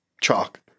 chalk